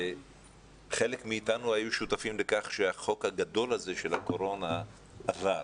שחלק מאיתנו היו שותפים לכך שהחוק הגדול הזה של הקורונה עבר,